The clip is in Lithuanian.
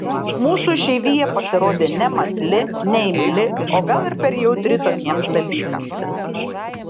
mūsų išeivija pasirodė nemąsli neimli o gal per jautri tokiems dalykams